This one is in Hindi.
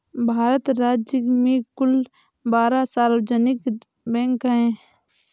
भारत गणराज्य में कुल बारह सार्वजनिक बैंक हैं